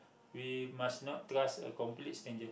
we must not trust a complete stranger